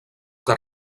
que